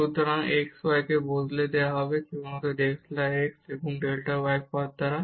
সুতরাং এই x y কে বদলে দেওয়া হবে কেবল delta x এবং delta y পদ দ্বারা